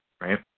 right